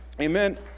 Amen